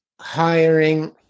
hiring